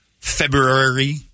February